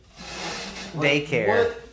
daycare